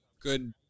good